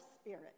spirit